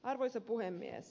arvoisa puhemies